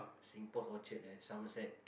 singpost orchard at Somerset